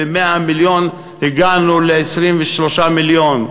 ומ-100 מיליון הגענו ל-23 מיליון.